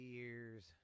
years